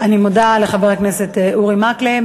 אני מודה לחבר הכנסת אורי מקלב,